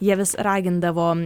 jie vis ragindavo